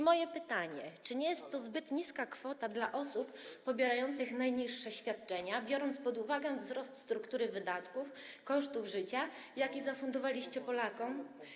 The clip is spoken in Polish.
Moje pytanie: Czy nie jest to zbyt niska kwota dla osób pobierających najniższe świadczenia, biorąc pod uwagę wzrost struktury wydatków, kosztów życia, jaki zafundowaliście Polakom?